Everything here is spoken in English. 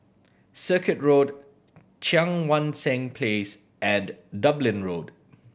Circuit Road Cheang Wan Seng Place and Dublin Road